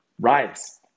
Rise